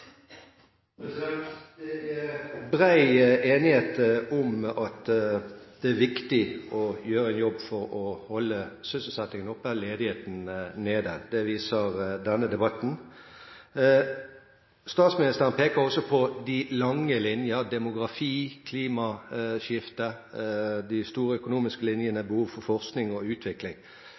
enighet om at det er viktig å gjøre en jobb for å holde sysselsettingen oppe og ledigheten nede. Det viser denne debatten. Statsministeren peker på de lange linjer, demografi, klimaskifte, de store økonomiske linjene og behov for forskning og utvikling.